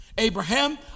Abraham